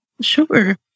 Sure